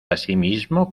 asimismo